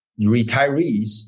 retirees